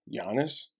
Giannis